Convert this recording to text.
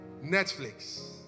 Netflix